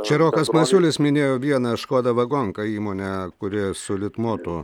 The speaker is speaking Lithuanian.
čia rokas masiulis minėjo vieną škoda vagonka įmonę kuri su litmotu